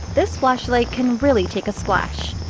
this flashlight can really take a splash.